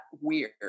weird